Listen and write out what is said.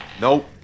Nope